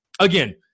Again